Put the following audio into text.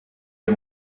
des